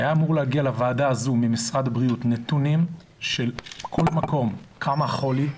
היו אמורים להגיע לוועדה הזו ממשרד הבריאות נתונים של כל מקום כמה חולי,